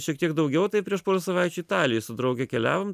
šiek tiek daugiau tai prieš porą savaičių italijoj su drauge keliavom